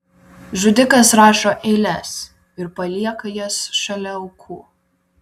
žudikas rašo eiles ir palieka jas šalia aukų